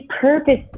purpose